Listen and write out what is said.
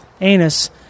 anus